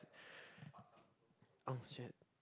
oh shit